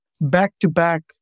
back-to-back